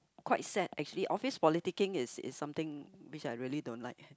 quite sad actually office politicking is is something which I really don't like